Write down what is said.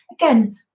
again